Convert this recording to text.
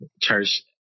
church